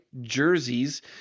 jerseys